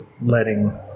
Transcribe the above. letting